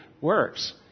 works